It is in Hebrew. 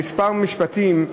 בכמה משפטים,